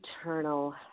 eternal